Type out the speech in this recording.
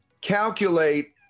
calculate